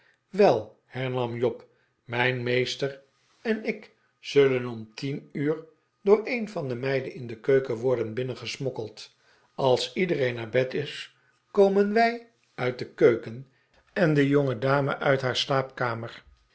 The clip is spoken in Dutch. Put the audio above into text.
wel hernam job mijn meester en ik zullen om tien uur door een van de meiden in de keuken worden binnengesmokkeld als iedereen naar bed is komen wij uit de keuken en de jongedame uit haar slaapkamer